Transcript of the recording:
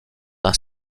d’un